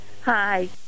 Hi